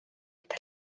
gyda